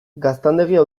gaztandegia